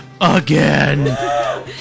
again